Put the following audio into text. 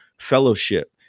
fellowship